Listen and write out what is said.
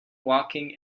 walking